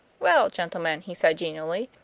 well, gentlemen, he said genially,